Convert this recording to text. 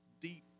deep